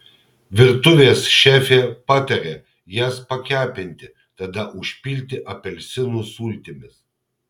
virtuvės šefė pataria jas pakepinti tada užpilti apelsinų sultimis